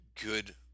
good